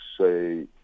say